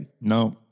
No